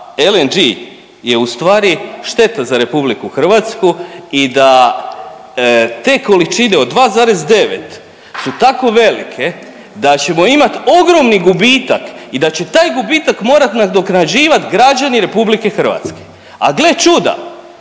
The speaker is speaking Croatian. LNG-e je ustvari šteta za Republiku Hrvatsku i da te količine od 2,9 su tako velike da ćemo imati ogromni gubitak i da će taj gubitak morat nadoknađivati građani Republike Hrvatske. A gle čuda